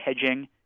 hedging